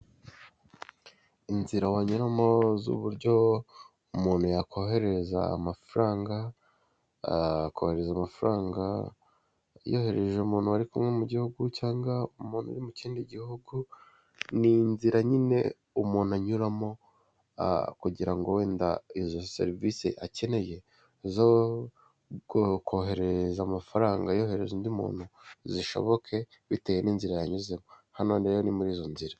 Inzira wanyuramo zuburyo umuntu yakoherereza amafaranga yohereza amafaranga umuntu bari kumwe mu gihugu cyangwa umuntu uri mu kindi gihugu. Ni inzira nyine umuntu anyuramo kugira wenda izo serivisi akeneye zo koherereza amafaranga yohereza undi muntu zishoboke bitewe n'inzira yanyuzemo hano rero ni muri izo nzira .